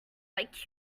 like